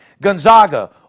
Gonzaga